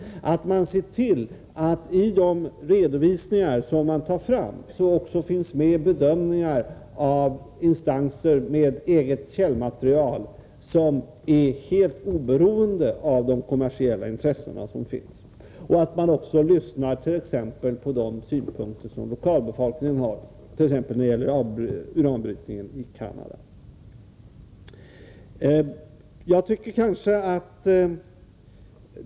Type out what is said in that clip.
Det är viktigt att se till att det i de redovisningar som 55 tas fram också finns med bedömningar av instanser med eget källmaterial, som är helt oberoende av de kommersiella intressena. Man måste också lyssna på de synpunkter som lokalbefolkningen har, t.ex. när det gäller uranbrytningen i Canada.